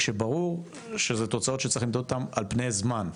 כשברור שזה תוצאות שצריכים למדוד אותם על פני זמן,